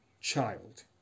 child